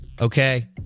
Okay